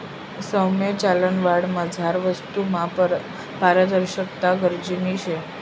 सौम्य चलनवाढमझार वस्तूसमा पारदर्शकता गरजनी शे